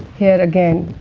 here again,